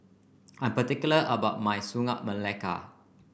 I'm particular about my Sagu Melaka